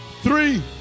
three